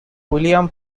william